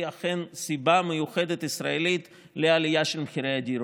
היא אכן סיבה מיוחדת ישראלית לעלייה של מחירי הדירות.